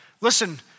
Listen